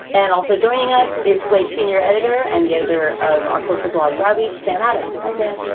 and also joining us is slate senior editor and the editor of our culture blog, braby, sam adams. hi, sam.